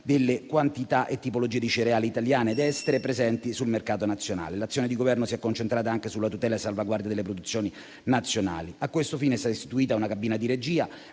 delle quantità e tipologie di cereali italiane ed estere presenti sul mercato nazionale. L'azione di Governo si è concentrata anche sulla tutela e sulla salvaguardia delle produzioni nazionali. A questo fine è stata istituita una cabina di regia,